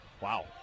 Wow